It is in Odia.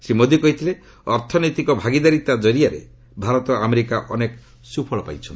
ଶ୍ରୀ ମୋଦି କହିଥିଲେ ଅର୍ଥନୈତିକ ଭାଗିଦାରୀତା କରିଆରେ ଭାରତ ଆମେରିକା ଅନେକ ସୁଫଳ ପାଇଛନ୍ତି